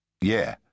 Yeah